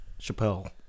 Chappelle